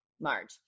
Marge